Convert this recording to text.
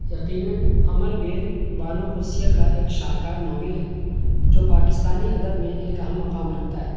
یقیناً امر بیل بانو قدسیہ كا ایک شاہکار ناول ہے جو پاکستانی ادب میں ایک اہم مقام رکھتا ہے